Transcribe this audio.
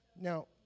Now